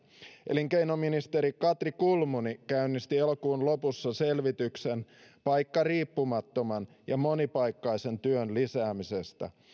elinkeinoministeri katri kulmuni käynnisti elokuun lopussa selvityksen paikkariippumattoman ja monipaikkaisen työn lisäämisestä